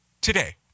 today